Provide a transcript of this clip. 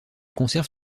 conserve